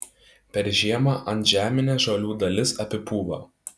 per žiemą antžeminė žolių dalis apipūva